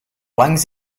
langs